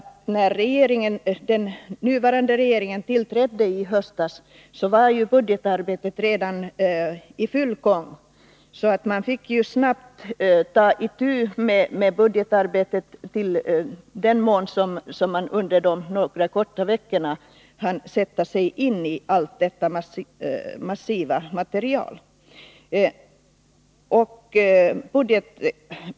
När den nuvarande regeringen tillträdde i höstas var budgetarbetet redan i full gång, och man fick snabbt ta itu med budgetarbetet och under några veckor sätta sig in i detta massiva material.